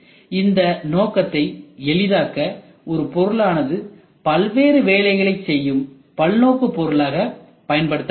இந்த நோக்கத்தை எளிதாக்க ஒரு பொருளானது பல்வேறு வேலைகளைச் செய்யும் பல்நோக்கு பொருளாக பயன்படுத்தப்படுகிறது